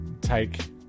take